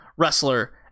wrestler